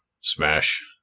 Smash